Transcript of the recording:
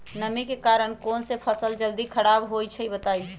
नमी के कारन कौन स फसल जल्दी खराब होई छई बताई?